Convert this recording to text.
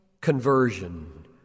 conversion